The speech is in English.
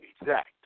exact